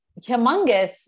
humongous